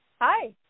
Hi